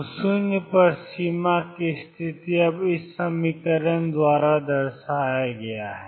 तो 0 पर सीमा की स्थिति अब 22m0 0 V0ψ है